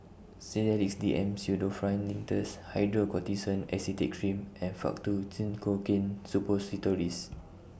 Sedilix D M Pseudoephrine Linctus Hydrocortisone Acetate Cream and Faktu Cinchocaine Suppositories